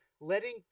letting